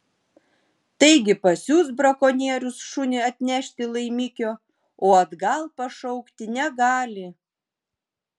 taigi pasiųs brakonierius šunį atnešti laimikio o atgal pašaukti negali